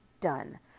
done